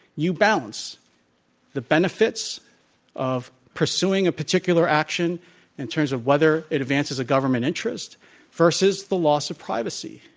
you balance the benefits of pursuing a particular action in terms of whether it advances a government interest versus the loss of privacy.